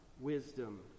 wisdom